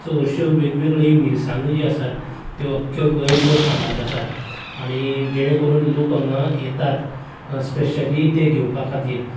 so अश्यो वेगवेगळ्यो मिरसांगो ज्यो आसात त्यो अख्ख्यो गोंयभर फामाद आसात आनी जेणे करून लोक हांगा येतात स्पेशली तें घेवपा खातीर